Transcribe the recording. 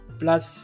plus